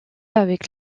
avec